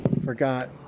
Forgot